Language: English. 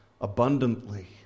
abundantly